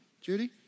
Judy